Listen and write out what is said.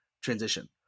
transition